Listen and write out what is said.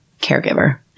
caregiver